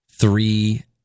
three